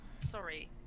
Sorry